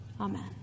Amen